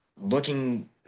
Looking